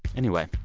anyway,